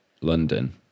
London